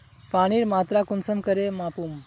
पानीर मात्रा कुंसम करे मापुम?